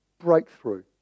breakthrough